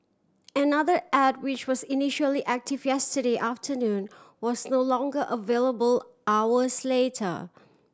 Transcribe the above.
another ad which was initially active yesterday afternoon was no longer available hours later